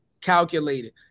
calculated